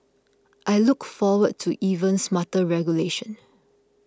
I look forward to even smarter regulation